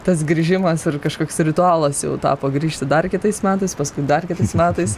tas grįžimas ir kažkoks ritualas jau tapo grįžti dar kitais metais paskui dar kitais metais